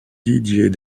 didier